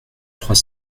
trois